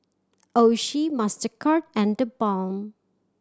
Oishi Mastercard and TheBalm